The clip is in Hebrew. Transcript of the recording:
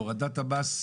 הורדת המס,